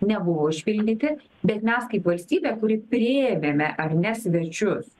nebuvo išpildyti bet mes kaip valstybė kuri priėmėme ar ne svečius